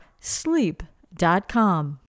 sleep.com